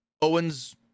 Owens